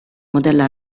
modella